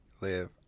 live